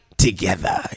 Together